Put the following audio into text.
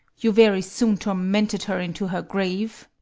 you very soon tormented her into her grave.